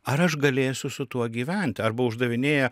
ar aš galėsiu su tuo gyventi arba uždavinėja